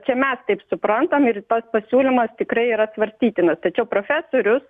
čia mes taip suprantam ir tas pasiūlymas tikrai yra svarstytinas tačiau profesorius